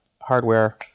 hardware